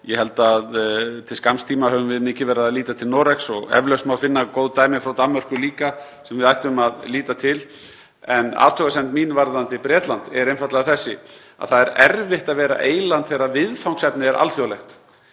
Ég held að til skamms tíma höfum við mikið verið að líta til Noregs og eflaust má finna góð dæmi frá Danmörku líka sem við ættum að líta til. Athugasemd mín varðandi Bretland er einfaldlega sú að það er erfitt að vera eyland þegar viðfangsefnið er alþjóðlegt,